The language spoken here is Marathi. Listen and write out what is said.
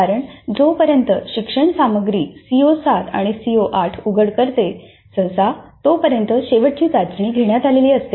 कारण जोपर्यंत शिक्षण सामग्री सीओ 7 आणि सीओ 8 उघड करते सहसा तोपर्यंत शेवटची चाचणी घेण्यात आलेली असते